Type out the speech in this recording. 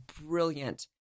brilliant